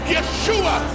Yeshua